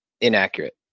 inaccurate